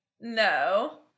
No